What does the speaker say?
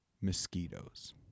mosquitoes